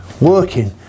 working